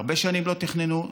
הרבה שנים לא תכננו.